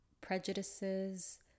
prejudices